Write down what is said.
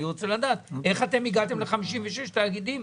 אני רוצה לדעת איך אתם הגעתם ל-56 תאגידים,